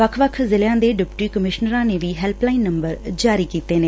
ਵੱਖ ਵੱਖ ਜ਼ਿਲ੍ਿਆਂ ਦੇ ਡਿਪਟੀ ਕਮਿਸ਼ਨਰਾਂ ਨੇ ਵੀ ਹੈਲਪਲਾਈਨ ਨੰਬਰ ਜਾਰੀ ਕੀਤੇ ਨੇ